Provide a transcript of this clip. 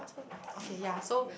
okay ya so